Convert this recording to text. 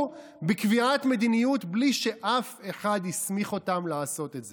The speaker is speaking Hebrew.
בקביעת מדיניות בלי שאף אחד הסמיך אותם לעשות את זה.